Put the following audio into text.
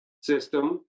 system